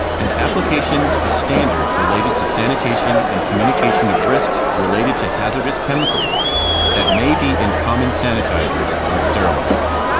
and applications of standards related to sanitation and communication of risks related to hazardous chemicals that may be in common sanitizers and sterilizers.